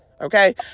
Okay